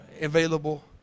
available